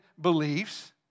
beliefs